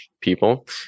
people